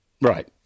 Right